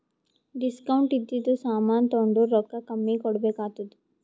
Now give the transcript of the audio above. discount ಇದ್ದಿದು ಸಾಮಾನ್ ತೊಂಡುರ್ ರೊಕ್ಕಾ ಕಮ್ಮಿ ಕೊಡ್ಬೆಕ್ ಆತ್ತುದ್